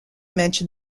mention